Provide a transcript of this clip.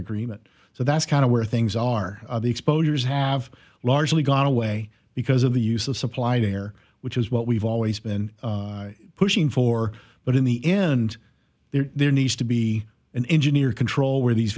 agreement so that's kind of where things are exposures have largely gone away because of the use of supply there which is what we've always been pushing for but in the end there needs to be an engineer control where these